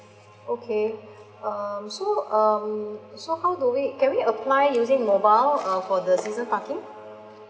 okay um so um so how do we can we apply using mobile uh for the season parking